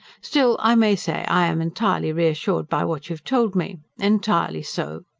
still, i may say i am entirely reassured by what you have told me entirely so.